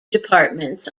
departments